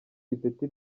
ipeti